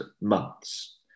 months